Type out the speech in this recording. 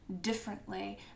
differently